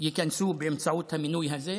ייכנסו באמצעות המינוי הזה,